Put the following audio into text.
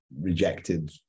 rejected